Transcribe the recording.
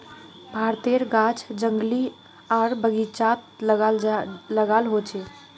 भारतेर गाछ जंगली आर बगिचात लगाल होचे